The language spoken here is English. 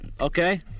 Okay